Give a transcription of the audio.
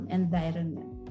environment